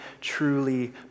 truly